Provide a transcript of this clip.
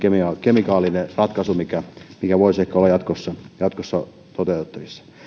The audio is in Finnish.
kemikaalinen ratkaisu mikä voisi olla jatkossa jatkossa toteutettavissa